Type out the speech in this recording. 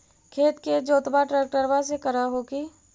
खेत के जोतबा ट्रकटर्बे से कर हू की?